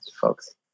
folks